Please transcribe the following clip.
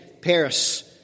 Paris